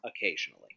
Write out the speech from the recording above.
occasionally